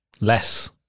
Less